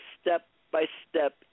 step-by-step